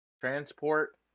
Transport